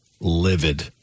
livid